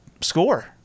score